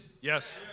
Yes